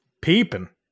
Peeping